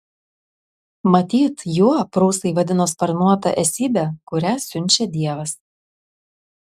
matyt juo prūsai vadino sparnuotą esybę kurią siunčia dievas